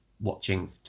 watching